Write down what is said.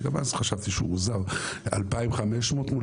שגם אז חשבתי שהוא מוגזם 2,500 מול